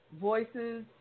voices